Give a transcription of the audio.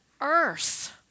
earth